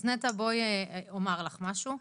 אז נטע בואי אני אומר לך משהו.